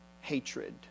hatred